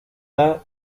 that